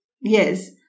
Yes